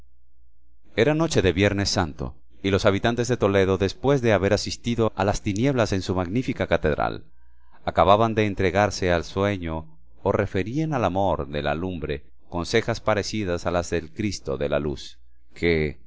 era noche de viernes santo y los habitantes de toledo después de haber asistido a las tinieblas en su magnífica catedral acababan de entregarse al sueño o referían al amor de la lumbre consejas parecidas a las del cristo de la luz que